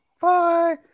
Bye